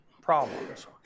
problems